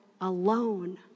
alone